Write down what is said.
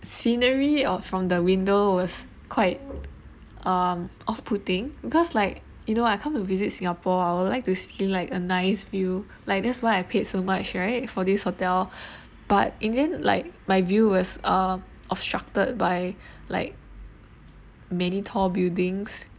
scenery or from the window was quite um off-putting because like you know I come to visit singapore I would like to see like a nice view like that's why I paid so much right for this hotel but in the end like my view was uh obstructed by like many tall buildings